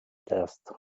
test